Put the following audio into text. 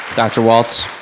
dr. walts.